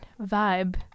vibe